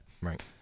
right